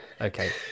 Okay